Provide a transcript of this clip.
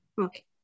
Okay